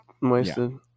wasted